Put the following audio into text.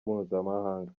mpuzamahanga